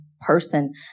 person